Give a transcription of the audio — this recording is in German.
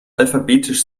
alphabetisch